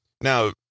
Now